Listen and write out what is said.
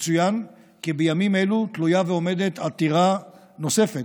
יצוין כי בימים אלו תלויה ועומדת עתירה נוספת,